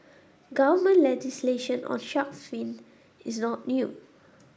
government legislation on shark's fin is not new